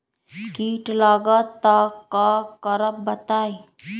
कीट लगत त क करब बताई?